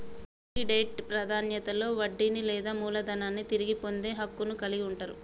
liquidate ప్రాధాన్యతలో వడ్డీని లేదా మూలధనాన్ని తిరిగి పొందే హక్కును కలిగి ఉంటరు